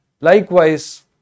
Likewise